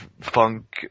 funk